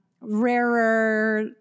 rarer